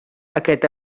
aquest